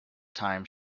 time